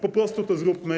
Po prostu to zróbmy.